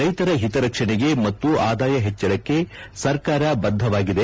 ರೈತರ ಹಿತರಕ್ಷಣೆಗೆ ಮತ್ತು ಆದಾಯ ಹೆಚ್ಚಕಕ್ಕೆ ಸರ್ಕಾರ ಬದ್ದವಾಗಿದೆ